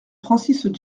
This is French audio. francis